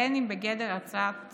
בין בגדר הצעת